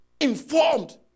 informed